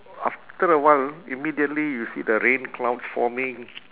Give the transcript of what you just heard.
after a while immediately you see the rain clouds forming